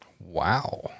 Wow